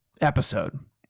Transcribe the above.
episode